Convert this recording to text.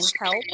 help